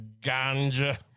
ganja